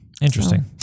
Interesting